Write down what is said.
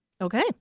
Okay